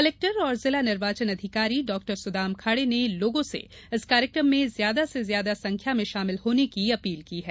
collector और जिला निर्वाचन अधिकारी डॉ सुदाम खाडे ने लोगों से इस कार्यक्रम में ज्यादा से ज्यादा सख्या में शामिल होने की अपील की है